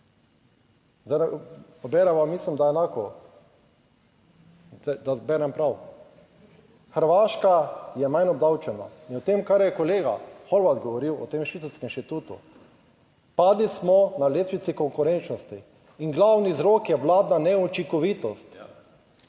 Zdaj beremo mislim, da enako in da berem prav. Hrvaška je manj obdavčena. In o tem, kar je kolega Horvat govoril o tem švicarskem inštitutu, padli smo na lestvici konkurenčnosti. In glavni vzrok je vladna neučinkovitost.